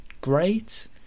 great